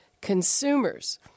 consumers